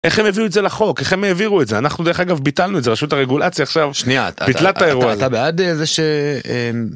איך הם הביאו את זה לחוק? איך הם העבירו את זה? אנחנו דרך אגב ביטלנו את זה רשות הרגולציה עכשיו, שנייה, ביטלה את האירוע הזה, אתה בעד זה ש..